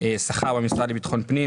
שכר במשרד לביטחון פנים